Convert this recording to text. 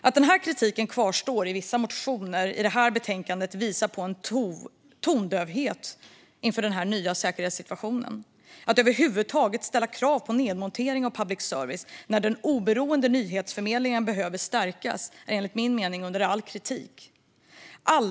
Att den kritiken kvarstår i vissa motioner i det här betänkandet visar på en tondövhet inför den här nya säkerhetssituationen. Att över huvud taget ställa krav på nedmontering av public service när den oberoende nyhetsförmedlingen behöver stärkas är enligt min mening under all kritik.